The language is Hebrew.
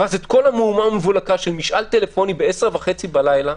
כל המהומה והמבולקה של משאל טלפוני בעשר וחצי בלילה,